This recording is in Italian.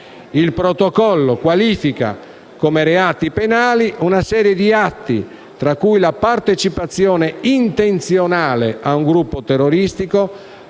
Il Protocollo qualifica come reati penali una serie di atti, tra cui la partecipazione intenzionale a un gruppo terroristico,